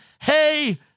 hey